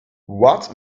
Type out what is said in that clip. what